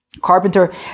carpenter